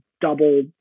double